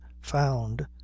found